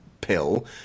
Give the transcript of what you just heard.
pill